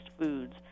foods